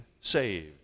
saved